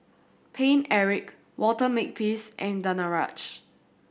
Paine Eric Walter Makepeace and Danaraj